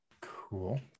Cool